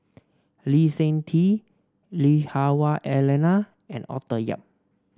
Lee Seng Tee Lui Hah Wah Elena and Arthur Yap